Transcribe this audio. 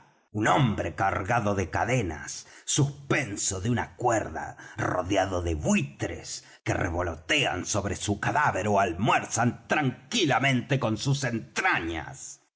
un hombre cargado de cadenas suspenso de una cuerda rodeado de buitres que revolotean sobre su cadáver ó almuerzan tranquilamente con sus entrañas